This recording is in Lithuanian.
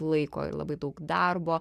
laiko ir labai daug darbo